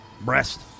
breast